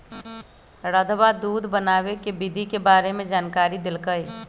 रधवा दूध बनावे के विधि के बारे में जानकारी देलकई